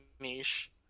niche